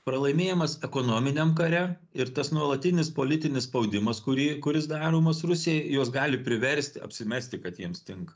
pralaimėjimas ekonominiam kare ir tas nuolatinis politinis spaudimas kurį kuris daromas rusijai juos gali priversti apsimesti kad jiems tinka